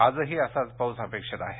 आजही असाच पाऊस अपेक्षित आहे